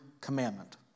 commandment